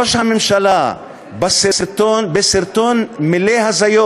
ראש הממשלה בסרטון מלא הזיות